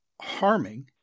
harming